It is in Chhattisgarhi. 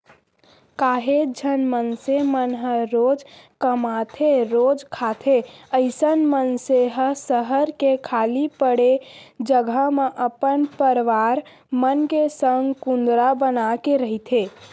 काहेच झन मनसे मन ह रोजे कमाथेरोजे खाथे अइसन मनसे ह सहर के खाली पड़े जघा म अपन परवार मन के संग कुंदरा बनाके रहिथे